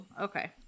Okay